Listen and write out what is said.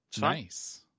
Nice